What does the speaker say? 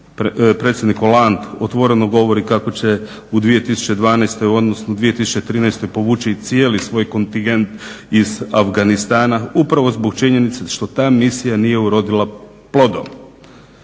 predsjednik Holland otvoreno govori kako će u 2012., odnosno 2013. povući cijeli svoj kontingent iz Afganistana upravo zbog činjenice što ta misija nije urodila plodom.